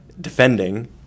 defending